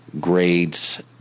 grades